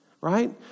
right